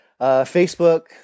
Facebook